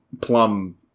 Plum